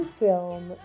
film